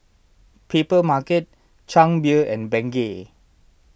Papermarket Chang Beer and Bengay